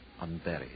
unburied